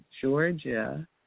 Georgia